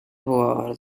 jugador